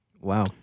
Wow